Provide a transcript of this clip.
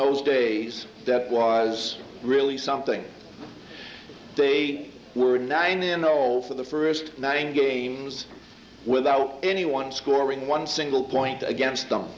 those days that was really something they were nine in the hole for the first nine games without anyone scoring one single point against them